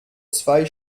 zwei